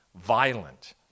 violent